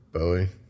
Bowie